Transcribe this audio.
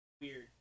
Weird